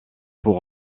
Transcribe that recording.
pour